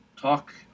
Talk